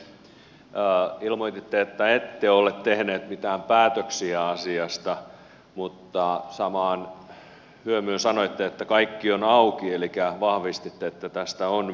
ilmoititte että ette ole tehneet mitään päätöksiä asiasta mutta samaan hyömyyn sanoitte että kaikki on auki elikkä vahvistitte että tästä on myös keskusteltu